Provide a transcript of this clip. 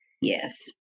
Yes